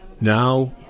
now